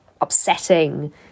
upsetting